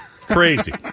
Crazy